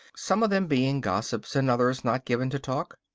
some of them being gossips, and others not given to talk?